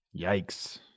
Yikes